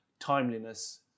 timeliness